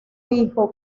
hijo